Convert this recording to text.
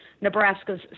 Nebraska's